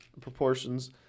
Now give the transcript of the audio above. Proportions